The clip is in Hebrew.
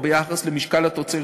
או ביחס למשקל התוצרת,